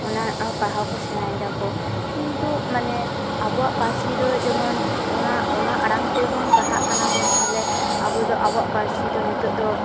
ᱚᱱᱟ ᱯᱟᱲᱦᱟᱣᱠᱚ ᱥᱮᱬᱟᱭᱫᱟᱠᱚ ᱠᱤᱱᱛᱩ ᱢᱟᱱᱮ ᱟᱵᱚᱣᱟᱜ ᱯᱟᱹᱨᱥᱤ ᱫᱚ ᱡᱮᱢᱚᱱ ᱚᱱᱟ ᱚᱱᱟ ᱟᱲᱟᱝᱛᱮᱵᱚᱱ ᱯᱟᱲᱦᱟᱜ ᱠᱟᱱᱟᱵᱚᱱ ᱛᱟᱦᱚᱞᱮ ᱟᱵᱚᱫᱚ ᱟᱵᱚᱣᱟᱜ ᱯᱟᱹᱨᱥᱤ ᱫᱚ ᱱᱤᱛᱚᱜ ᱫᱚ